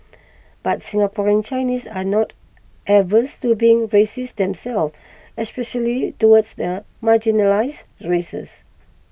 but Singaporean Chinese are not averse to being racist themselves especially towards the marginalised races